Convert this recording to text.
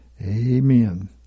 Amen